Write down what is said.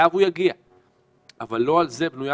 אבל זה נושא